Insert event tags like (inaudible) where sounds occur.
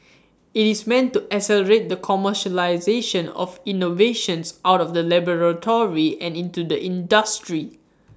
(noise) IT is meant to accelerate the commercialisation of innovations out of the laboratory and into the industry